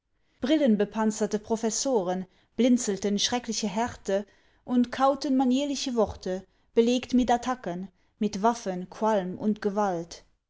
brillenbepanzerte professoren blinzelten schreckliche härte und kauten manierliche worte belegt mit attacken mit waffen qualm und gewalt